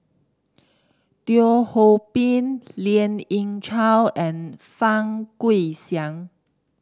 Teo Ho Pin Lien Ying Chow and Fang Guixiang